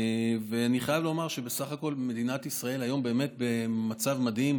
אני חייב לומר שבסך הכול מדינת ישראל היום באמת במצב מדהים,